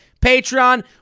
Patreon